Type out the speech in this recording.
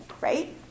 right